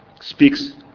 speaks